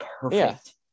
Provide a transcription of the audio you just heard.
Perfect